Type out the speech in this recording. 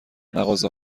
مغازه